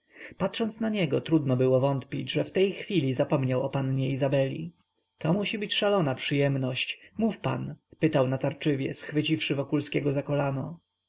patrząc na niego trudno było wątpić że w tej chwili zapomniał o pannie izabeli to musi być szalona przyjemność mów pan pytał natarczywie schwyciwszy wokulskiego za kolano